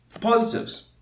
Positives